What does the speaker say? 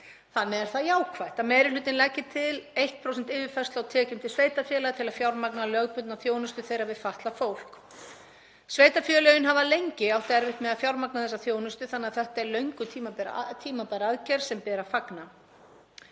Þannig er það jákvætt að meiri hlutinn leggi til 1% yfirfærslu á tekjum til sveitarfélaga til að fjármagna lögbundna þjónustu þeirra við fatlað fólk. Sveitarfélögin hafa lengi átt erfitt með að fjármagna þessa þjónustu þannig að þetta er löngu tímabær aðgerð sem ber að fagna.